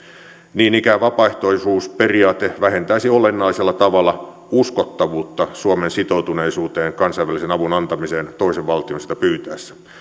niin ikään vapaaehtoisuusperiaate vähentäisi olennaisella tavalla uskottavuutta suomen sitoutuneisuuteen kansainvälisen avun antamiseen toisen valtion sitä pyytäessä